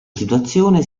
situazione